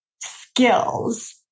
skills